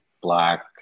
black